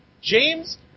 James